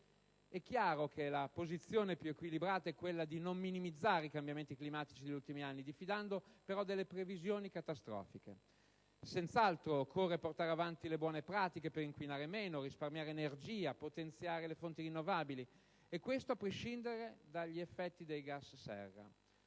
È chiaro che la posizione più equilibrata è quella di non minimizzare i cambiamenti climatici degli ultimi anni, diffidando però delle previsioni catastrofiche. Senz'altro occorre portare avanti le buone pratiche per inquinare meno, risparmiare energia e potenziare le fonti rinnovabili, e questo a prescindere dagli effetti dei gas serra.